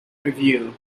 review